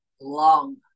long